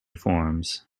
forms